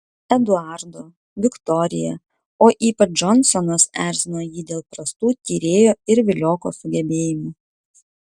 eduardo viktorija o ypač džonsonas erzino jį dėl prastų tyrėjo ir vilioko sugebėjimų